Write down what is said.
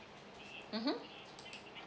mmhmm